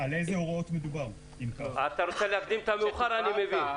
אתה רוצה להקדים את המאוחר, אני מבין.